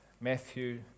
Matthew